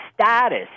status